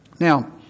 Now